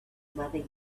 mother